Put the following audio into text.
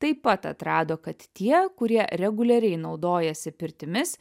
taip pat atrado kad tie kurie reguliariai naudojasi pirtimis